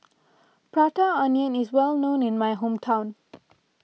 Prata Onion is well known in my hometown